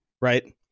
right